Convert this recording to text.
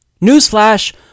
newsflash